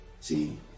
See